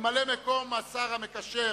ממלא-מקום השר המקשר,